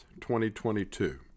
2022